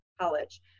college